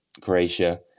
Croatia